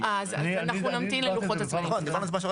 אז אנחנו נמתין ללוחות הזמנים.